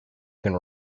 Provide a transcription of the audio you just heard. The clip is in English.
can